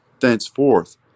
thenceforth